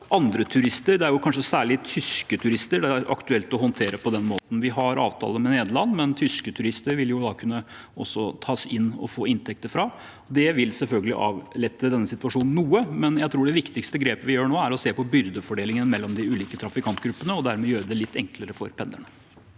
andre turister. Det er kanskje særlig tyske turister det er aktuelt å håndtere på den måten. Vi har avtale med Nederland, men tyske turister vil man da også kunne ta inn og få inntekter fra. Det vil selvfølgelig avlette denne situasjonen noe, men jeg tror det viktigste grepet vi gjør nå, er å se på byrdefordelingen mellom de ulike trafikantgruppene og dermed gjøre det litt enklere for pendlerne.